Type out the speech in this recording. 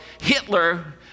Hitler